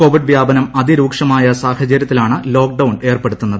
Covid വ്യാപനം അതിരൂക്ഷമായ സാഹചര്യത്തിലാണ് ലോക്ക്ഡൌൺ ഏർപ്പെടുത്തുന്നത്